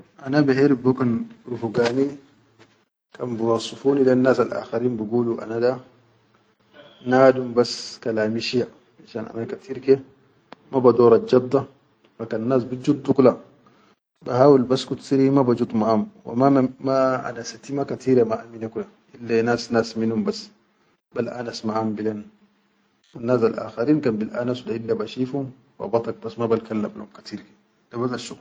Ana biʼerif be kon rufugani kan bi wassufuni lel nas al akharin bigulu ana da nadum bas kalami shiya ana katir ke da ma bador jatda wa kannas bi jiddu kula, ba hawil baskut siri ma ba jud maʼa hum wa ma anasati ma katire maʼa mine kula ille nas nas minnum bas bal anas bilen nas al akharin kan bil anaso da ille bashifum wa batak bas ma balkalam katir ke da bas.